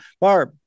Barb